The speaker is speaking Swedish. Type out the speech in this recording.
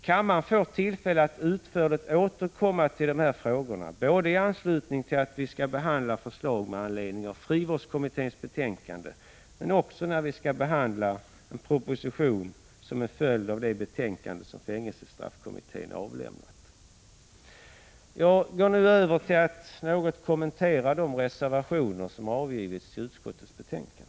Kammaren får tillfälle att utförligt återkomma till de här frågorna både i anslutning till att vi skall behandla förslag med anledning av frivårdskommitténs betänkande och när vi skall behandla propositionen med anledning av det betänkande som fängelsestraffkommittén avlämnat. Jag går över till att något kommentera de reservationer som har avgivits till utskottets betänkande.